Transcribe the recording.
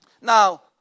Now